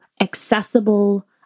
accessible